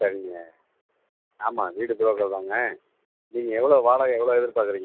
சரிங்க ஆமாம் வீடு புரோக்கருதாங்க நீங்கள் எவ்வளோ வாடகை எவ்வளோ எதிர்பார்க்குறீங்க